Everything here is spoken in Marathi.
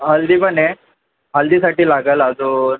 हळदी पण आहे हळदीसाठी लागेल अजून